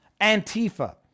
Antifa